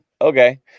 Okay